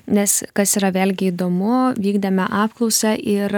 nes kas yra vėlgi įdomu vykdėme apklausą ir